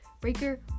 Breaker